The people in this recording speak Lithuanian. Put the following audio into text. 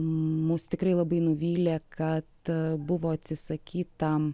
mus tikrai labai nuvylė kad buvo atsisakyta